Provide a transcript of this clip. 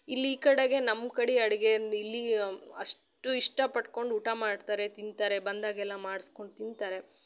ಇಲ್ಲಿ ಈ ಕಡೆಗೆ ನಮ್ಮ ಕಡೆ ಅಡ್ಗೇನ ಇಲ್ಲಿ ಅಷ್ಟು ಇಷ್ಟ ಪಟ್ಕೊಂಡು ಊಟ ಮಾಡ್ತಾರೆ ತಿಂತಾರೆ ಬಂದಾಗೆಲ್ಲ ಮಾಡ್ಸ್ಕೊಂಡು ತಿಂತಾರೆ